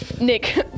Nick